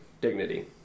dignity